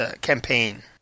campaign